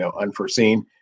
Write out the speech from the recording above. unforeseen